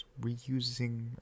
reusing